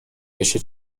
بشه